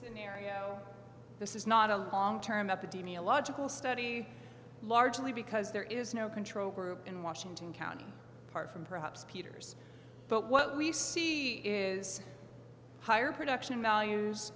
scenario this is not a long term epidemiological study largely because there is no control group in washington county apart from perhaps peters but what we see is higher production values